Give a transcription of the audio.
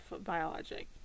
biologic